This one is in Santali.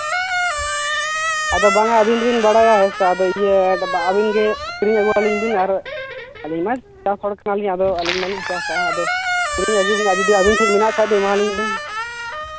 ᱟᱫᱚ ᱵᱟᱝᱼᱟ ᱟᱹᱵᱤᱱ ᱫᱚᱵᱤᱱ ᱵᱟᱲᱟᱭᱟ ᱥᱮ ᱟᱫᱚ ᱤᱭᱟᱹ ᱟᱹᱵᱤᱱ ᱜᱮ ᱠᱤᱨᱤᱧ ᱟᱹᱜᱩ ᱟᱹᱞᱤᱧ ᱵᱮᱱ ᱟᱨ ᱟᱹᱞᱤᱧ ᱢᱟ ᱪᱟᱥ ᱦᱚᱲ ᱠᱟᱱᱟᱞᱤᱧ ᱟᱫᱚ ᱟᱹᱞᱤᱧ ᱢᱟᱞᱤᱧ ᱪᱟᱥᱼᱟ ᱟᱫᱚ ᱡᱩᱫᱤ ᱟᱹᱵᱤᱱ ᱴᱷᱮᱱ ᱢᱮᱱᱟᱜ ᱠᱷᱟᱡ ᱫᱚ ᱮᱢᱟᱞᱤᱧ ᱵᱮᱱ